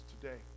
today